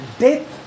death